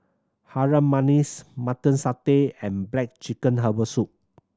Harum Manis Mutton Satay and black chicken herbal soup